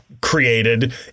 Created